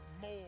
more